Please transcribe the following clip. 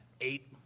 Eight